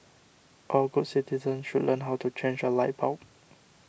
all good citizens should learn how to change a light bulb